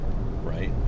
right